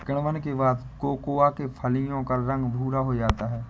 किण्वन के बाद कोकोआ के फलियों का रंग भुरा हो जाता है